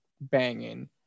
Banging